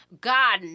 God